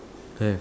have